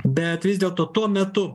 bet vis dėlto tuo metu